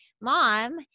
mom